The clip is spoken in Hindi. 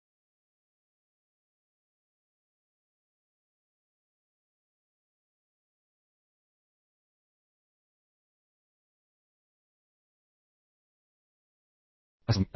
वास्तव में यह एक बहुत ही दिलचस्प अनुप्रयोग है